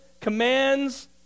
commands